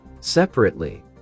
Separately